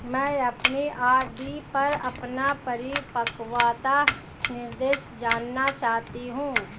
मैं अपनी आर.डी पर अपना परिपक्वता निर्देश जानना चाहती हूँ